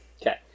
Okay